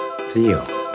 Theo